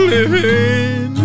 Living